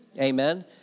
Amen